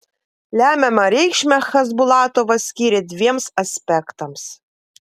lemiamą reikšmę chasbulatovas skyrė dviems aspektams